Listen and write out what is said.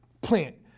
Plant